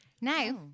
Now